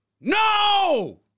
no